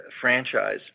franchise